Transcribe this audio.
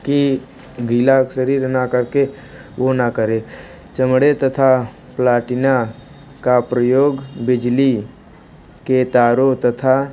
कि गीला शरीर न करके वह न करे चमड़े तथा प्लाटिना का प्रयोग बिजली के तारों तथा